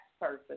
person